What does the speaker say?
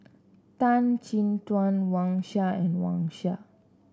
Tan Chin Tuan Wang Sha and Wang Sha